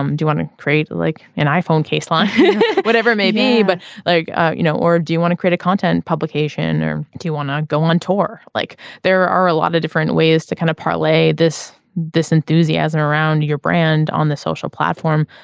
um do you want to create like an iphone case line whatever it may be but like you know or do you want to create a content publication or do you wanna go on tour like there are a lot of different ways to kind of play this this enthusiasm around your brand on the social platform.